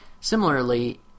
Similarly